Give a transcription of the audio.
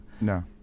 No